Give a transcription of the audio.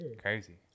Crazy